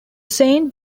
saint